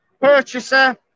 purchaser